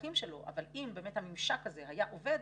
המסמכים שלו אבל אם באמת הממשק הזה היה עובד,